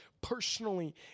personally